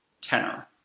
tenor